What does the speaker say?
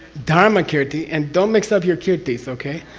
dharma kirti, and don't mix up your kirtis okay?